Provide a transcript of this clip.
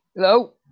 Hello